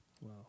Wow